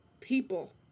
people